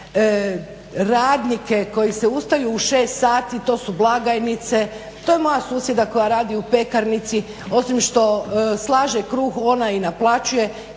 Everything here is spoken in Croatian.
radnike koji se ustaju u 6 sati, to su blagajnice, to je moja susjeda koja radi u pekarnici, osim što slaže kruh, ona i naplaćuje,